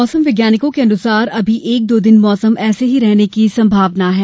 मौसम वैज्ञानिक के अनुसार अभी एक दो दिन मौसम के ऐसे ही रहने की संभावना है